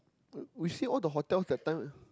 we see all the hotels that time